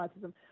autism